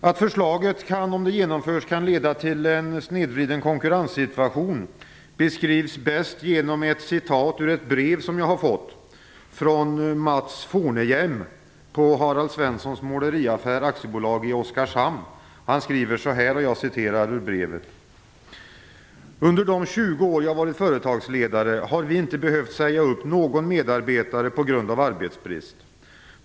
Att förslaget kan, om det genomförs, leda till en snedvriden konkurrenssituation beskrivs bäst i ett citat ur ett brev som jag har fått från Mats Forneheim på "Under de 20 år jag har varit företagsledare har vi inte behövt säga upp någon medarbetare på grund av arbetsbrist.